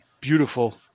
beautiful